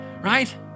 right